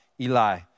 Eli